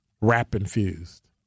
rap-infused